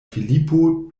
filipo